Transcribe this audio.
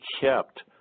kept